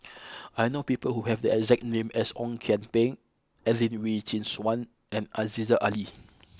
I know people who have the exact name as Ong Kian Peng Adelene Wee Chin Suan and Aziza Ali